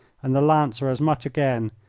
and the lancer as much again,